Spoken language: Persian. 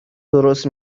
درست